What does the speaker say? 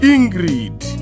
Ingrid